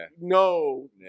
no